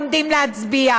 עומדים להצביע